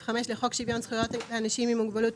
5 לחוק שוויון זכויות לאנשים עם מוגבלות,